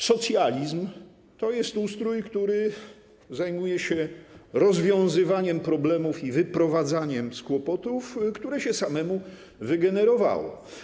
Socjalizm to jest ustrój, który zajmuje się rozwiązywaniem problemów i wyprowadzaniem z kłopotów, które się samemu wygenerowało.